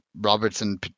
Robertson